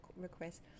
request